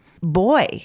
boy